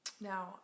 Now